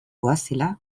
goazela